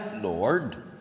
Lord